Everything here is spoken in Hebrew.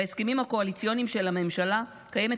בהסכמים הקואליציוניים של הממשלה קיימת